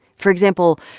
for example,